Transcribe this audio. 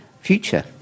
future